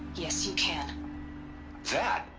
yes you can that?